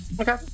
Okay